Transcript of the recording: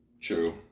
True